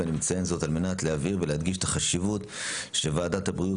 ואני מציין זאת על מנת להבהיר ולהדגיש את החשיבות שוועדת הבריאות